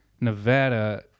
Nevada